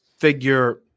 Figure